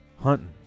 hunting